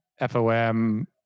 FOM